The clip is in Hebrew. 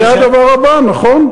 אני חושב,